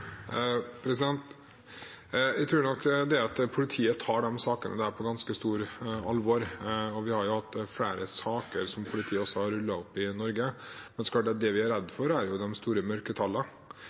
Jeg tror politiet tar disse sakene på ganske stort alvor. Vi har hatt flere saker som vi har rullet opp i Norge. Det vi er redd for, er de store